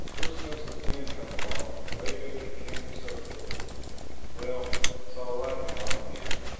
first gust of wind come along, and away goes your canvas overboard well, it's all right now i'm here.